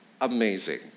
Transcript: amazing